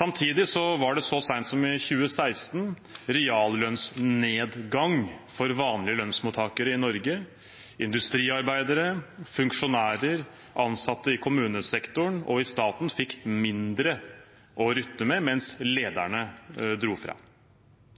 Samtidig var det så sent som i 2016 reallønnsnedgang for vanlige lønnsmottakere i Norge. Industriarbeidere, funksjonærer, ansatte i kommunesektoren og i staten fikk mindre å rutte med, mens lederne dro fra.